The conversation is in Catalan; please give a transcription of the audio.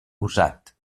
usat